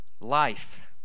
life